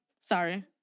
Sorry